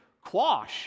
quash